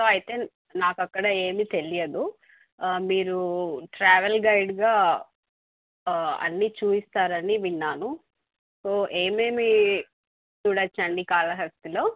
so అయితే నాకు అక్కడ ఏమి తెలియదు మీరు ట్రావెల్ గైడ్ గా అన్ని చూపిస్తారు అని విన్నాను సో ఏమేమి చూడొచ్చండి కాళహస్తిలో